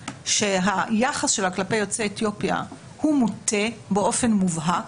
שהיחס שלה כלפי יוצאי אתיופיה הוא מוטה באופן מובהק,